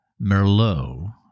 Merlot